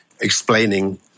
explaining